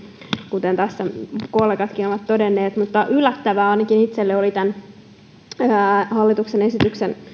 kuten tässä kollegatkin ovat todenneet mutta yllättävää ainakin itselleni oli tämän hallituksen esityksen